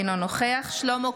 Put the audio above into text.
אינו נוכח שלמה קרעי,